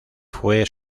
fue